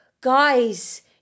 guys